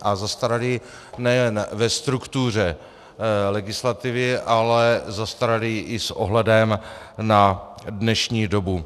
A zastaralý nejen ve struktuře legislativy, ale zastaralý i s ohledem na dnešní dobu.